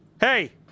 Hey